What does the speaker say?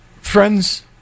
friends